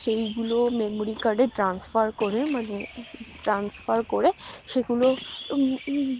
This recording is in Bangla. সেইগুলো মেমোরি কার্ডে ট্রান্সফার করে মানে ট্রান্সফার করে সেগুলো